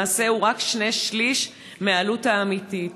למעשה, הוא רק שני-שלישים מהעלות האמיתית.